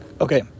Okay